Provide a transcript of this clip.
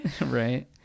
right